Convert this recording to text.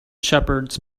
shepherds